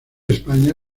españa